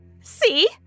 See